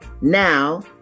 Now